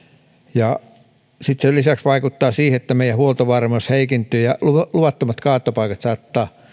ja sen lisäksi vaikuttaa siihen että meidän huoltovarmuus heikentyy ja luvattomat kaatopaikat saattavat